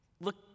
look